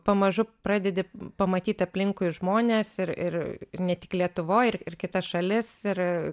pamažu pradedi pamatyt aplinkui žmones ir ir ir ne tik lietuvoj ir ir kitas šalis ir